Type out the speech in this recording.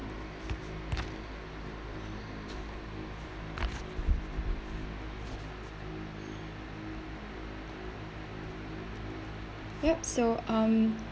yup so um